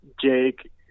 Jake